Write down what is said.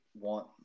want